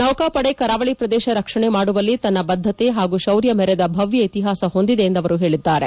ನೌಕಾಪಡೆ ಕರಾವಳಿ ಪ್ರದೇಶ ರಕ್ಷಣೆ ಮಾಡುವಲ್ಲಿ ತನ್ನ ಬದ್ದತೆ ಹಾಗೂ ಶೌರ್ಯ ಮೆರೆದ ಭವ್ಯ ಇತಿಹಾಸ ಹೊಂದಿದೆ ಎಂದು ಹೇಳಿದ್ದಾರೆ